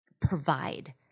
provide